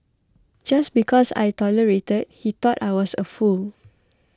just because I tolerated he thought I was a fool